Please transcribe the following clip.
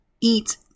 eat